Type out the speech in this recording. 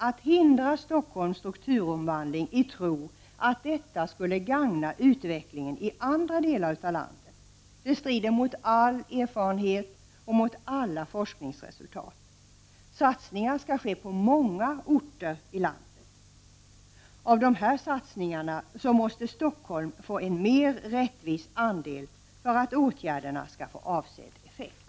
Att hindra Stockholms strukturomvandling i tro att detta skulle gagna utvecklingen i andra delar av landet strider mot all erfarenhet och mot alla forskningsresultat. Satsningar skall ske på många orter i landet. Av dessa satsningar måste Stockholm få en mera rättvisa andel för att åtgärderna skall få avsedd effekt.